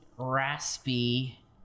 Raspy